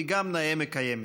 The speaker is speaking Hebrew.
היא גם נאה מקיימת.